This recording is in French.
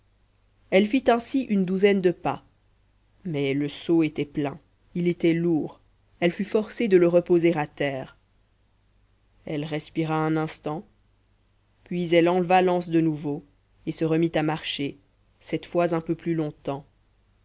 elle fit ainsi une douzaine de pas mais le seau était plein il était lourd elle fut forcée de le reposer à terre elle respira un instant puis elle enleva l'anse de nouveau et se remit à marcher cette fois un peu plus longtemps